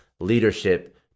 leadership